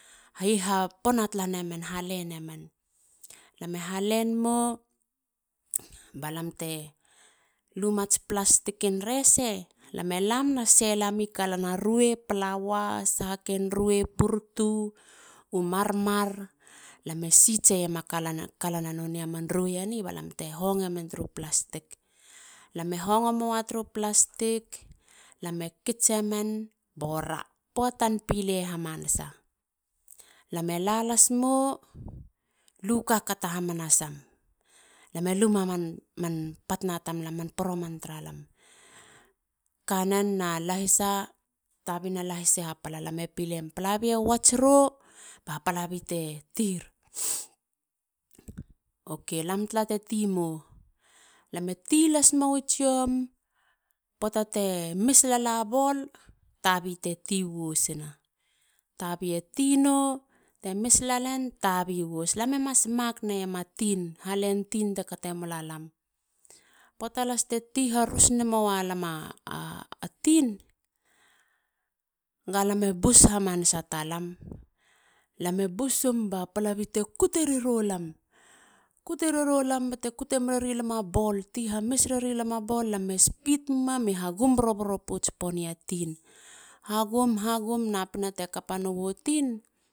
Hihapona tala nemen, ha lanemen. lam e halen mo balam te lumats plastikin rese. lam e lam na sei lami kalana ruei,. ppalawa. a sahaken ruei. purutu. u marmar. lam e tsitsiema kalana nonei aman ruei eni balamte honge men turu plastik. lam e hongo mowa turu plastik. lam e kitsemen. bora. poatan pile hamanasa lam e la las mou. lu kakata hamanasam. lam e luma man partner tamlam. man poroman tara lam. Kanen na lahisa. tabina lahisa i hapala. lam e pileim. palabi e watch ro ba palabi tir. O k. lam tala te ti mou. lam e ti las mou i tsiom. poata te mis lala ball. tabi te ti wasina. tabi e ti no te mis lalen tabi was. lam e mas mak neiema tin halen. tin te kate mulalam. poata lasi. ti harus nemowalama a tin. galame bus hamanasa talam. laam e busum. ba palabi te kuterero lam. kutererolam bate kute mereri lam a ball. speed muma. speed hagum boroboro pouts poni a tin. hagum. hagum. napina te kapanowa tin.